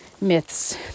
myths